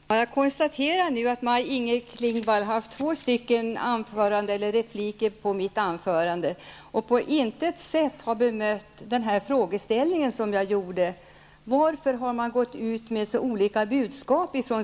Herr talman! Jag konstaterar att Maj-Inger Klingvall har haft två repliker på mitt anförande men ändå inte på något sätt har besvarat min fråga om varför socialdemokraterna har gått ut med så olika budskap.